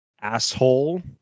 Asshole